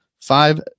Five